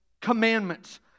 commandments